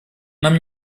нам